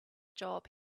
job